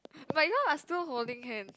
but you all are still holding hand